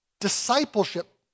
Discipleship